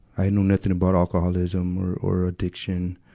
i knew nothing about alcoholism or, or addiction.